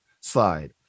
slide